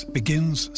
begins